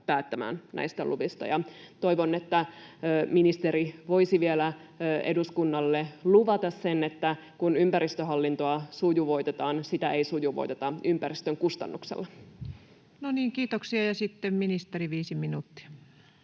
päättämään näistä luvista. Toivon, että ministeri voisi vielä eduskunnalle luvata sen, että kun ympäristöhallintoa sujuvoitetaan, sitä ei sujuvoiteta ympäristön kustannuksella. No niin, kiitoksia. — Ja sitten ministeri, viisi minuuttia.